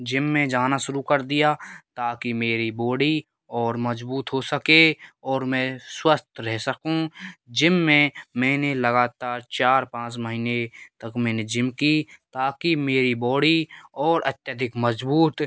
gym में जाना शुरू कर दिया ताकि मेरी बोडी और मजबूत हो सके और मैं स्वस्थ रह सकूँ जिम में मैंने लगातार चार पाँच महीने तक मैंने जिम की ताकि मेरी बोडी और अत्यधिक मजबूत